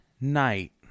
night